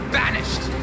banished